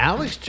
Alex